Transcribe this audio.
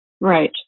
Right